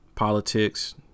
politics